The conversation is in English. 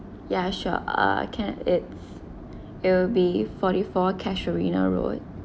ya sure uh can it's it will be forty four casuarina road